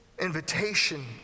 invitation